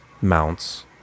mounts